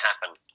happen